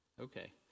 Okay